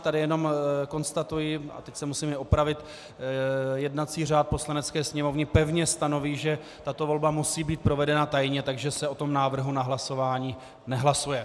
Tady jenom konstatuji, a teď se musím i opravit, jednací řád Poslanecké sněmovny pevně stanoví, že tato volba musí být provedena tajně, takže se o tom návrhu na hlasování nehlasuje.